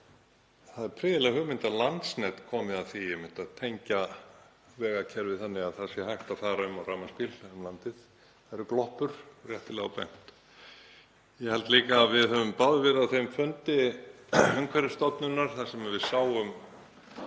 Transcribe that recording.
Það er prýðileg hugmynd að Landsnet komi að því einmitt að tengja vegakerfið þannig að hægt sé að fara um á rafmagnsbíl um landið. Það eru gloppur — réttilega á bent. Ég held líka að við höfum báðir verið á þeim fundi Umhverfisstofnunar þar sem við sáum